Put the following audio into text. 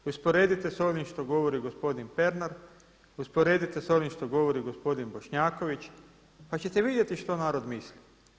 Usporedite sa onim što govori gospodin Pernar, usporedite sa onim što govori gospodin Bošnjaković pa ćete vidjeti što narod misli.